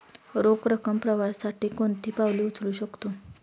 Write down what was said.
रोख रकम प्रवाहासाठी कोणती पावले उचलू शकतो?